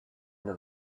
know